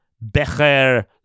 Becher